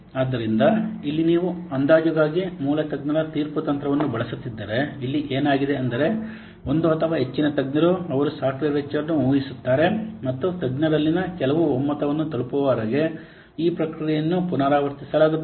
ಆದ್ದರಿಂದ ಇಲ್ಲಿ ನೀವು ಅಂದಾಜುಗಾಗಿ ಮೂಲ ತಜ್ಞರ ತೀರ್ಪು ತಂತ್ರವನ್ನು ಬಳಸುತ್ತಿದ್ದರೆ ಇಲ್ಲಿ ಏನಾಗಿದೆ ಅಂದರೆ ಒಂದು ಅಥವಾ ಹೆಚ್ಚಿನ ತಜ್ಞರು ಅವರು ಸಾಫ್ಟ್ವೇರ್ ವೆಚ್ಚವನ್ನು ಊಹಿಸುತ್ತಾರೆ ಮತ್ತು ತಜ್ಞರಲ್ಲಿನ ಕೆಲವು ಒಮ್ಮತವನ್ನು ತಲುಪುವವರೆಗೆ ಈ ಪ್ರಕ್ರಿಯೆಯನ್ನು ಪುನರಾವರ್ತಿಸಲಾಗುತ್ತದೆ